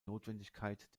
notwendigkeit